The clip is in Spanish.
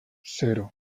cero